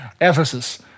Ephesus